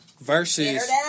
versus